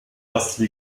ersten